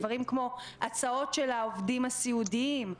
דברים כמו הצעות של העובדים הסיעודיים.